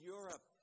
Europe